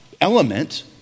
element